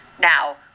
now